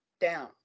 down